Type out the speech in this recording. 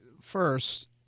first